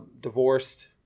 divorced